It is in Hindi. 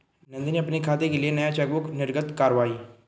नंदनी अपने खाते के लिए नया चेकबुक निर्गत कारवाई